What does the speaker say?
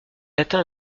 atteint